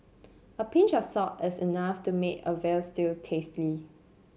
a pinch of salt is enough to make a veal stew tasty